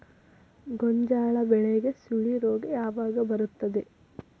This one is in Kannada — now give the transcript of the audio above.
ಗೋಂಜಾಳ ಬೆಳೆಗೆ ಸುಳಿ ರೋಗ ಯಾವಾಗ ಬರುತ್ತದೆ?